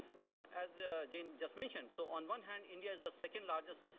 now, as jane just mentioned, so on one hand, india is the second largest